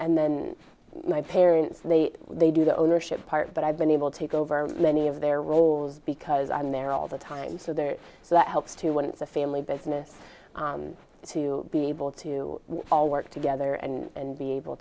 and then my parents they they do the ownership part but i've been able to go over many of their roles because i'm there all the time so there's that helps too when it's a family business to be able to all work together and be able